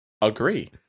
agree